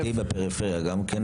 הממשלתיים בפריפריה, גם כן?